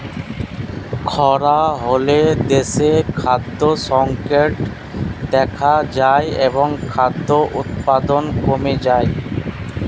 খরা হলে দেশে খাদ্য সংকট দেখা যায় এবং খাদ্য উৎপাদন কমে যায়